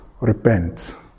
repent